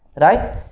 Right